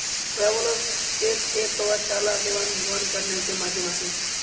travellers cheque हे प्रवाशाला देवाणघेवाण करण्याचे माध्यम आहे